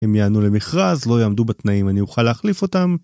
אם יענו למכרז, לא יעמדו בתנאים אני אוכל להחליף אותם...